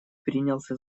принялся